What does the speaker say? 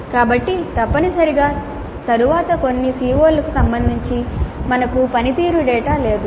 కాబట్టి తప్పనిసరిగా తరువాత కొన్ని CO లకు సంబంధించి మాకు పనితీరు డేటా లేదు